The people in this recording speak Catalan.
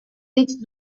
dits